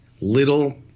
little